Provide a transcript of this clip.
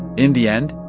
in the end,